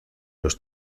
los